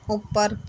ਉੱਪਰ